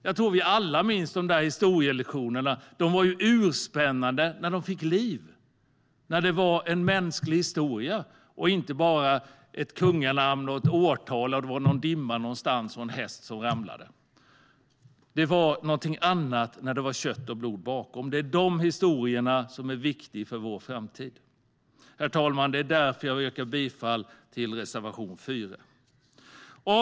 Jag tror att vi alla minns de historielektioner som var urspännande när de fick liv, när de handlade om en mänsklig historia och inte bara handlade om ett kunganamn, ett årtal, någon dimma någonstans och en häst som ramlade. Det var något annat när det var kött och blod bakom. Det är dessa historier som är viktiga för vår framtid. Det är därför, herr talman, jag yrkar bifall till reservation 4. Herr talman!